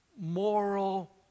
moral